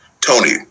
Tony